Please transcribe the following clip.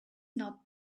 not